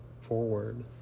forward